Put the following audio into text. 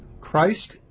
Christ